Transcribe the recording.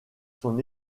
son